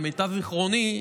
למיטב זיכרוני,